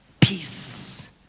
Peace